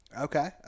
Okay